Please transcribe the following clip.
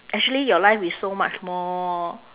actually your life is so much more